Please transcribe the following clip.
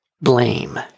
blame